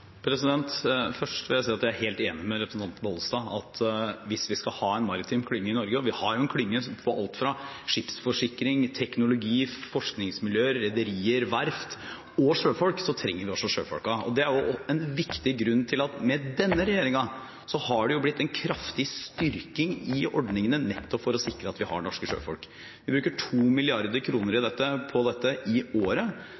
Først vil jeg si at jeg er helt enig med representanten Pollestad i at hvis vi skal ha en maritim klynge i Norge – og vi har en klynge med alt fra skipsforsikring, teknologi, forskningsmiljøer, rederier, verft og sjøfolk – trenger vi også sjøfolk. Det er en viktig grunn til at under denne regjeringen har det blitt en kraftig styrking i ordningene, nettopp for å sikre at vi har norske sjøfolk. Vi bruker 2 mrd. kr på dette i